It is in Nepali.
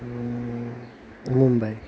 मुम्बई